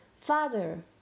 Father